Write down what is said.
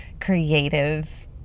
creative